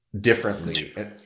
differently –